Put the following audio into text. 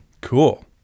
Cool